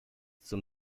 zum